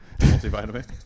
multivitamin